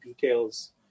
details